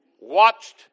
watched